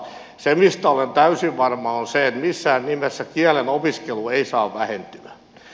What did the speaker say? se mistä olen täysin varma on se että missään nimessä kielenopiskelu ei saa vähentyä